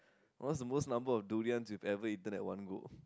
what's the most number of durians you ever eaten at one go